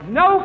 no